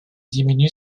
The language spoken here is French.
diminue